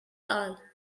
are